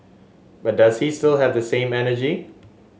but does he sill have the same energy